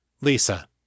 Lisa